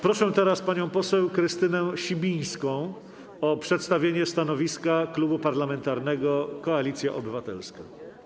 Proszę teraz panią poseł Krystynę Sibińską o przedstawienie stanowiska Klubu Parlamentarnego Koalicja Obywatelska.